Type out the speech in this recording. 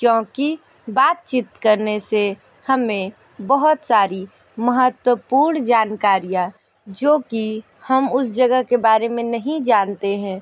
क्योंकि बातचीत करने से हमें बहुत सारी महत्वपूर्ण जानकारियाँ जो कि हम उस जगह के बारे में नहीं जानते हैं